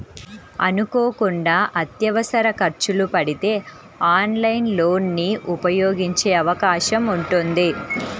అనుకోకుండా అత్యవసర ఖర్చులు పడితే ఆన్లైన్ లోన్ ని ఉపయోగించే అవకాశం ఉంటుంది